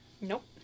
Nope